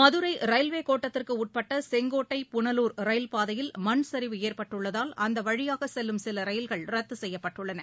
Madurai railway கோட்டத்திற்குட்பட்ட Sengottai Punalur rail பாதையில் மண்சரிவு ஏற்பட்டுள்ளதால் அந்த வழியாக செல்லும் சில ரயில்கள் ரத்து செய்யப்பட்டுள்ளன